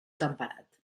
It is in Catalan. temperat